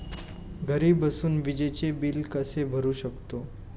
घरी बसून विजेचे बिल कसे भरू शकतो?